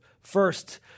First